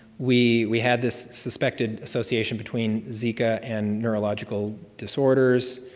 we we had this suspected association between zika and neurological disorders.